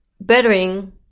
Bettering